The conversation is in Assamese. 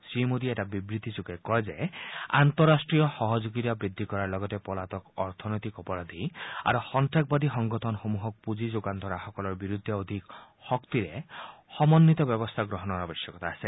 শ্ৰীমোদীয়ে এটা বিবৃতি যোগে কয় যে আন্তঃৰাষ্ট্ৰীয় সহযোগিতা বৃদ্ধি কৰাৰ লগতে পলাতক অৰ্থনৈতিক অপৰাধী আৰু সন্তাসবাদী সংগঠনসমূহক পুঁজি যোগান ধৰাসকলৰ বিৰুদ্ধে অধিক শক্তিৰে সমন্নিত ব্যৱস্থা গ্ৰহণৰো আৱশ্যকতা আছে